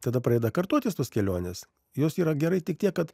tada pradeda kartotis tos kelionės jos yra gerai tik tiek kad